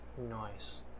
Noise